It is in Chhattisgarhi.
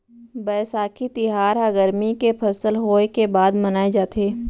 बयसाखी तिहार ह गरमी के फसल होय के बाद मनाए जाथे